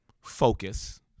focus